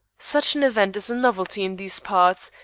such an event is a novelty in these parts,